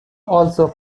also